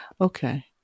okay